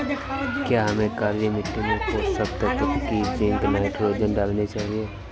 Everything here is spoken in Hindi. क्या हमें काली मिट्टी में पोषक तत्व की जिंक नाइट्रोजन डालनी चाहिए?